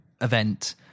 event